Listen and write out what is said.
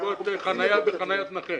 אכיפה בנוגע לחניה בחניית נכה.